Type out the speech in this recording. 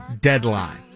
deadline